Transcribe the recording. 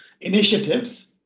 initiatives